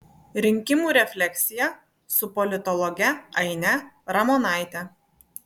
rinkimų refleksija su politologe aine ramonaite